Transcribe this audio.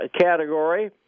category